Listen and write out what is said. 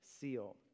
seal